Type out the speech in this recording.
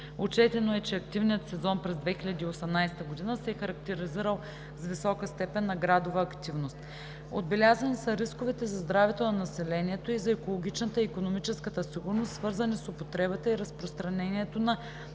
Отчетено е, че активният сезон през 2018 г. се е характеризирал с висока степен на градова активност. Отбелязани са рисковете за здравето на населението и за екологичната и икономическата сигурност, свързани с употребата и разпространението на